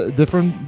different